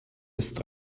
ist